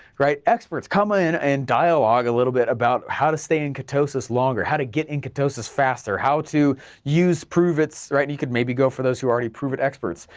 right, experts come in and dialogue a little bit about how to stay in ketosis longer, how to get in ketosis faster, how to use pruvit's, right, you could maybe go for those who are already pruvit experts.